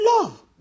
love